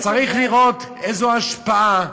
אתה צריך לראות איזו השפעה,